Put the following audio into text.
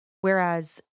whereas